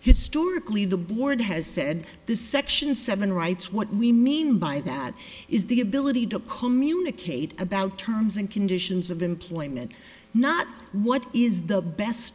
historically the board has said this section seven rights what we mean by that is the ability to communicate about terms and conditions of employment not what is the best